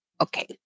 okay